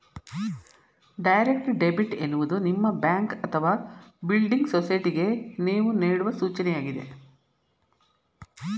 direct debit ಎನ್ನುವುದು ನಿಮ್ಮ bank ಅಥವಾ ಬಿಲ್ಡಿಂಗ್ ಸೊಸೈಟಿಗೆ ನೇವು ನೇಡುವ ಸೂಚನೆಯಾಗಿದೆ